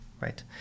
right